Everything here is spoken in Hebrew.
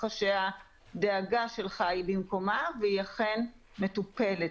הדאגה שלך במקומה והיא אכן מטופלת,